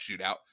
shootout